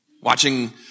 watching